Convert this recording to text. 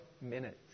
minutes